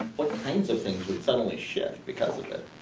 what kinds of things would suddenly shift because of it?